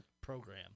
program